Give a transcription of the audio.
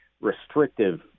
restrictive